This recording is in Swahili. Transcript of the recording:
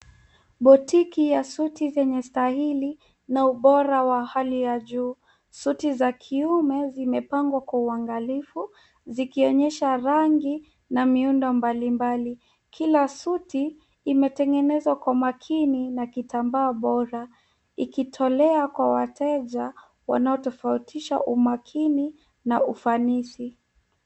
Botiki ya suti zenye staili na ubora wa hali ya juu. Suti za kiume zimepangwa kwa uangalifu zikionyesha rangi na miundo mbalimbali. Kila suti imetengenezwa kwa makini na kitambaa bora ikitolea kwa wateja wanaotofautisha umakini na ufanisi.